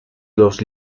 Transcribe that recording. los